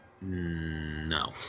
No